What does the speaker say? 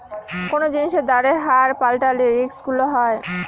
কোনো জিনিসের দামের হার পাল্টালে রিস্ক গুলো হয়